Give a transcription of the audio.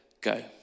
go